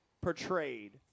portrayed